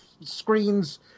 screens